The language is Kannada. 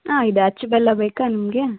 ಹಾಂ ಇದೆ ಅಚ್ಚು ಬೆಲ್ಲ ಬೇಕಾ ನಿಮಗೆ